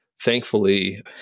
thankfully